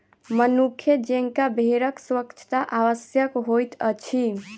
मनुखे जेंका भेड़क स्वच्छता आवश्यक होइत अछि